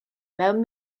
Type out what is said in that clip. mewn